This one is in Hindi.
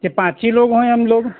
ये पाँच ही लोग होय हम लोग